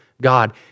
God